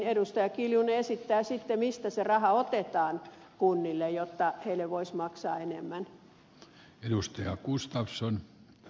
anneli kiljunen esittää sitten mistä se raha otetaan kunnille jotta niille voisi maksaa enemmän